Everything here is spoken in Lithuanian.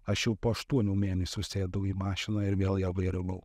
aš jau po aštuonių mėnesių sėdau į mašiną ir vėl ją vairavau